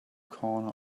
corner